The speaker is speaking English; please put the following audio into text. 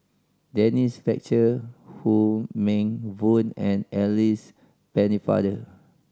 Denise Fletcher Wong Meng Voon and Alice Pennefather